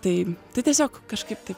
tai tai tiesiog kažkaip taip